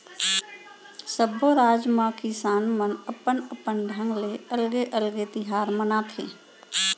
सब्बो राज म किसान मन अपन अपन ढंग ले अलगे अलगे तिहार मनाथे